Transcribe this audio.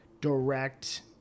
direct